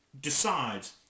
decides